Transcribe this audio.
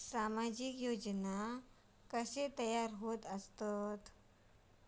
सामाजिक योजना कसे तयार होतत?